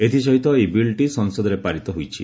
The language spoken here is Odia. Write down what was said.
ଏଥିସହିତ ଏହି ବିଲ୍ଟି ସଂସଦରେ ପାରିତ ହୋଇଛି